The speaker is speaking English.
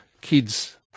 kids